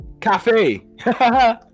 Cafe